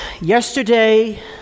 yesterday